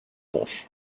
punch